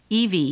EV